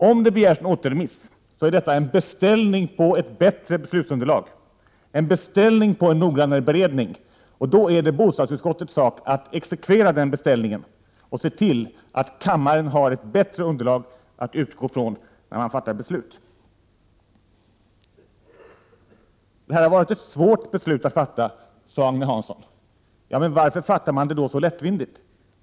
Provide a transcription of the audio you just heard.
Om det begärs en återremiss, innebär det en beställning på ett bättre beslutsunderlag, en noggrannare beredning. Det är bostadsutskottets sak att exekvera den beställningen och se till att kammaren har ett bättre underlag att utgå från när man fattar beslut. Agne Hansson sade att det här har varit ett beslut som varit svårt att fatta. Men varför fattar man det då så lättvindigt?